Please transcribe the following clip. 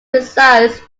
resides